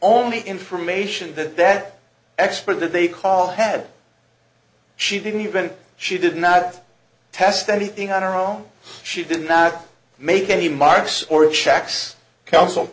only information that that expert that they call had she didn't even she did not test anything on her own she did not make any marks or checks coun